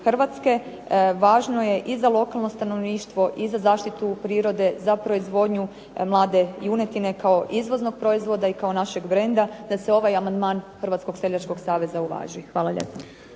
Hrvatske. Važno je i za lokalno stanovništvo i za zaštitu prirode, za proizvodnju mlade junetine kao izvoznog proizvoda i kao našeg brenda da se ovaj amandman Hrvatskog seljačkog saveza uvaži. Hvala lijepo.